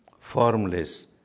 formless